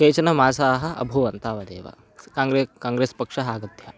केचनमासाः अभूवन् तावदेव काङ्गरे काङ्ग्रेस् पक्षः आगत्य